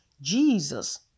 Jesus